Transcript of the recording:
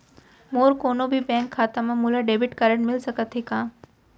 मोर कोनो भी बैंक खाता मा मोला डेबिट कारड मिलिस सकत हे का?